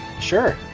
Sure